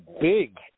big